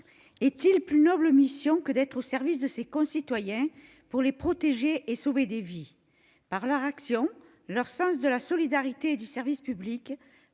est-il plus noble mission que d'être au service de ses concitoyens pour les protéger et sauver des vies ? Par leur action, leur sens de la solidarité et du service public,